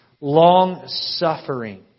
Long-suffering